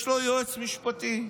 יש לו יועץ משפטי.